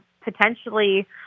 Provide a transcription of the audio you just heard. potentially